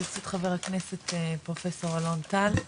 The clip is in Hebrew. התייחסות חבר הכנסת פרופסור אלון טל,